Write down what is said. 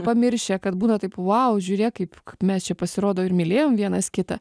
pamiršę kad būna taip vau žiūrėk kaip mes čia pasirodo ir mylėjom vienas kitą